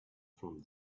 from